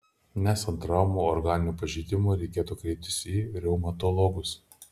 nesant traumų organinių pažeidimų reikėtų kreiptis į reumatologus